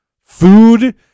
Food